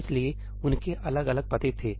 इसलिए उनके अलग अलग पते थे